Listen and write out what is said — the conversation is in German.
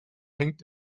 hängt